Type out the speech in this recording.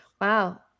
Wow